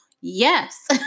Yes